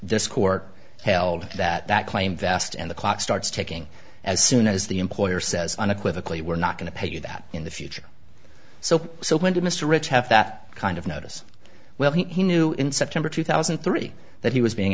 this court held that that claim vest and the clock starts ticking as soon as the employer says on equivocally we're not going to pay you that in the future so so when did mr rich have that kind of notice well he knew in september two thousand and three that he was being